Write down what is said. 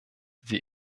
sie